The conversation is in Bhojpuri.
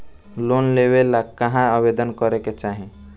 लोन लेवे ला कहाँ आवेदन करे के चाही?